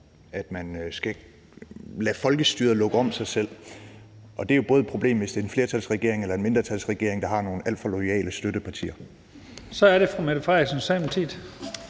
at man skal lade folkestyret lukke sig om sig selv. Og det er jo både et problem, hvis det er en flertalsregering eller en mindretalsregering, der har nogle alt for loyale støttepartier. Kl. 15:24 Første næstformand